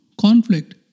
conflict